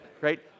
right